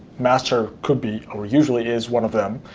master could be or usually is one of them.